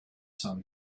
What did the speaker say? sun